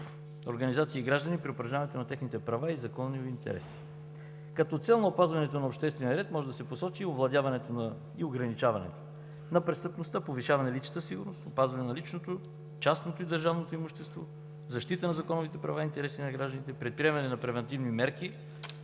организации и граждани при упражняването на техните права и законови интереси. Като цел на опазването на обществения ред може да се посочи овладяването и ограничаването на престъпността, повишаване на личната сигурност, опазване на личното, частното и държавното имущество, защита на законовите права и интереси на гражданите, предприемане на превантивни мерки